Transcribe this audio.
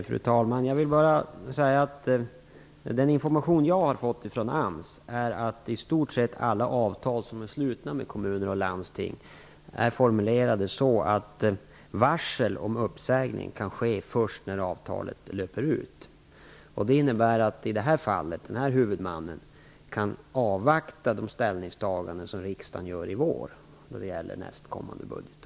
Fru talman! Jag vill bara säga att den information jag har fått från AMS innebär att i stort sett alla avtal som är slutna med kommuner och landsting är formulerade så, att varsel om uppsägning kan ske först när avtalet löper ut. Det innebär i detta fall att huvudmannen kan avvakta de ställningstaganden som riksdagen gör i vår då det gäller nästkommande budgetår.